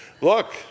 look